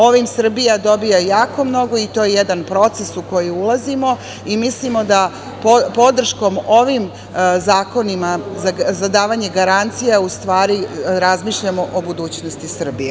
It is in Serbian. Ovim Srbija dobija jako mnogo i to je jedan proces u koji ulazimo i mislimo da podrškom ovim zakonima za davanje garancija u stvari razmišljamo o budućnosti Srbije.